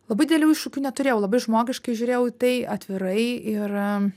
labai didelių iššūkių neturėjau labai žmogiškai žiūrėjau į tai atvirai ir